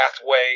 pathway